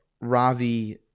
Ravi